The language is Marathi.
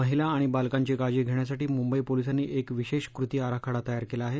महिला आणि बालकांची काळजी घेण्यासाठी मुंबई पोलिसांनी एक विशेष कृती आराखडा तयार केला आहे